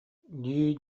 дии